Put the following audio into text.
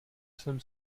jsem